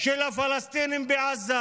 של הפלסטינים בעזה,